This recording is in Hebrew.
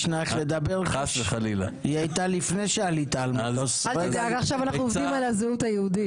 תמשיכו לדבר על סקרים ואנחנו נמשיך לעשות חוקים.